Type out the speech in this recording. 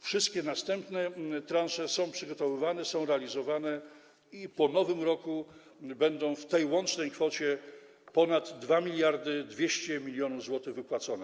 Wszystkie następne transze są przygotowywane, są realizowane i po Nowym Roku będą w tej łącznej kwocie ponad 2200 mln zł wypłacone.